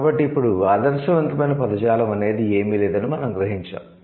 కాబట్టి ఇప్పుడు ఆదర్శవంతమైన పదజాలం అనేది ఏమీ లేదని మనం గ్రహించాము